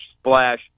splash